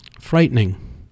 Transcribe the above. frightening